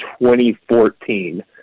2014